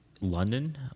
London